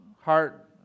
heart